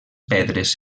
pedres